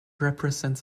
represents